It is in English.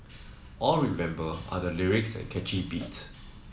all we remember are the lyrics and catchy beat